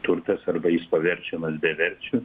turtas arba jis paverčiamas beverčiu